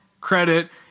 credit